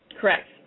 Correct